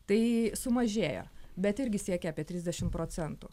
tai sumažėjo bet irgi siekia apie trisdešimt procentų